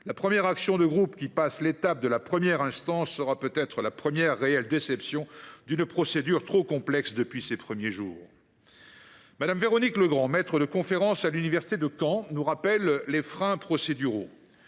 la première action de groupe à avoir passé l’étape de la première instance sera peut être la première réelle déception engendrée par une procédure trop complexe depuis ses premiers jours. Mme Véronique Legrand, maître de conférences à l’université de Caen, nous a rappelé quels freins procéduraux